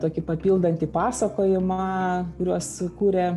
tokį papildantį pasakojimą kuriuos kūrė